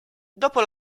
dopo